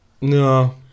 No